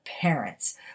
parents